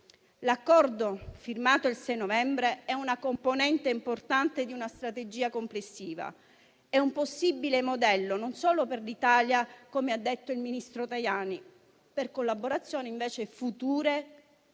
L'accordo, firmato il 6 novembre, è una componente importante di una strategia complessiva, e un possibile modello, non solo per l'Italia - come ha detto il ministro Tajani - per collaborazioni future con